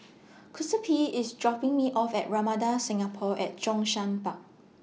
Giuseppe IS dropping Me off At Ramada Singapore At Zhongshan Park